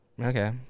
Okay